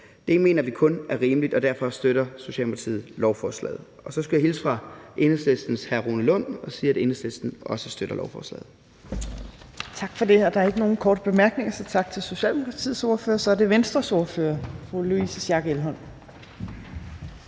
Det mener vi kun er rimeligt, og derfor støtter Socialdemokratiet lovforslaget, og jeg skal hilse fra Enhedslistens hr. Rune Lund og sige, at Enhedslisten også støtter lovforslaget. Kl. 13:09 Tredje næstformand (Trine Torp): Tak for det. Der er ikke nogen korte bemærkninger, så tak til Socialdemokratiets ordfører. Så er det Venstres ordfører, fru Louise Schack Elholm.